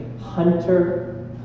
hunter